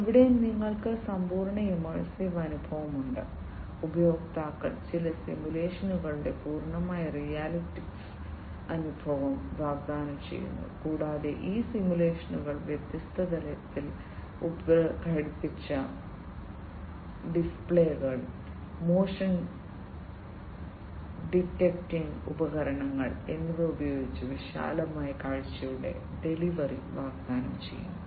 ഇവിടെ നിങ്ങൾക്ക് സമ്പൂർണ്ണ ഇമ്മേഴ്സീവ് അനുഭവമുണ്ട് ഉപയോക്താക്കൾക്ക് ചില സിമുലേഷനുകളിലൂടെ പൂർണ്ണമായ റിയലിസ്റ്റിക് അനുഭവം വാഗ്ദാനം ചെയ്യുന്നു കൂടാതെ ഈ സിമുലേഷനുകൾ വ്യത്യസ്ത തലയിൽ ഘടിപ്പിച്ച ഡിസ്പ്ലേകൾ മോഷൻ ഡിറ്റക്റ്റിംഗ് ഉപകരണങ്ങൾ എന്നിവ ഉപയോഗിച്ച് വിശാലമായ കാഴ്ചയുടെ ഡെലിവറി വാഗ്ദാനം ചെയ്യുന്നു